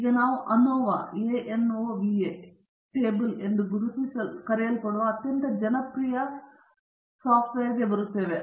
ಈಗ ನಾವು ANOVA table ಎಂದು ಕರೆಯಲ್ಪಡುವ ಅತ್ಯಂತ ಜನಪ್ರಿಯ ಮತ್ತು ಅತಿಮುಖ್ಯವಾದ ಟೇಬಲ್ಗೆ ಬರುತ್ತೇವೆ